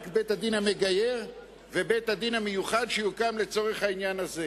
רק בית-הדין המגייר ובית-הדין המיוחד שיוקם לצורך העניין הזה.